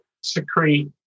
secrete